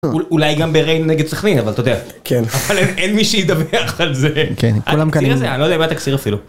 אולי גם בריין נגד סכנין אבל אתה יודע כן אבל אין מי שידווח על זה. כן, כולם כאן... תחזיר את זה, אני לא יודע מה התקציר אפילו.